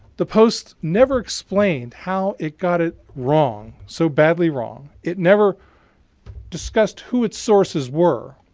the post never explained how it got it wrong, so badly wrong. it never discussed who its sources were.